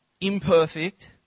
imperfect